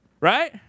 right